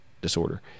disorder